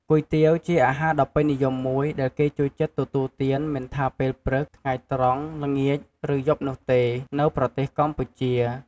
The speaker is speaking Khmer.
គុយទាវ ជាអាហារដ៏ពេញនិយមមួយ ដែលគេចូលចិត្តទទួលទានមិនថាពេលព្រឹក ថ្ងៃត្រង់ ល្ងាច ឬយប់នោះទេ នៅប្រទេសកម្ពុជា។